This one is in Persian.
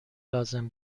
لازم